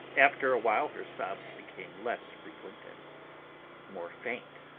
after a while her sobs became less frequent and more faint,